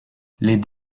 les